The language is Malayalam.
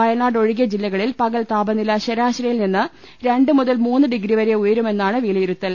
വയ നാട് ഒഴികെ ് ജില്ലകളിൽ പകൽ താപനില ശരാശരിയിൽ നിന്ന് രണ്ട് മുതൽ മൂന്ന് ഡിഗ്രി വരെ ഉയരുമെന്നാണ് വിലയിരുത്തൽ